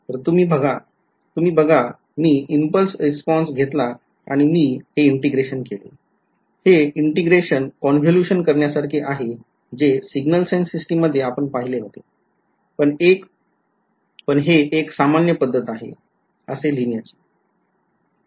तर तुम्ही बघा मी इम्पल्स रिस्पॉन्स घेतला आणि मी हे ईंटेग्रेशन केले हे ईंटेग्रेशन कॉनव्होल्यूशन करण्यासारखे आहे जे सिग्नल्स अँड सिस्टिम्स मध्ये आपण पाहिले होते पण हे एक सामान्य पद्धत आहे असे लिहिण्याची